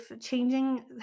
changing